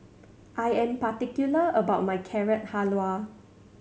I am particular about my Carrot Halwa